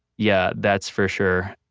yeah, that's for sure